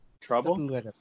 Trouble